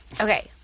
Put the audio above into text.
Okay